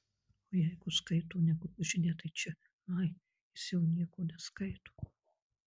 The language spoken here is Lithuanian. o jeigu skaito ne grožinę tai čia ai jis jau nieko neskaito